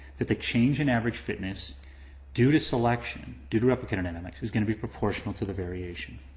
that the change in average fitness due to selection, due to replicator dynamics, is gonna be proportional to the variation.